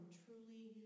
truly